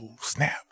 snap